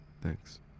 Thanks